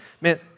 Man